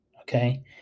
okay